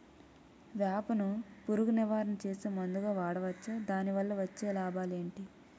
వేప ను పురుగు నివారణ చేసే మందుగా వాడవచ్చా? దాని వల్ల వచ్చే లాభాలు ఏంటి?